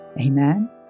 Amen